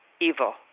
evil